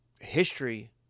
History